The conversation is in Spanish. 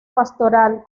pastoral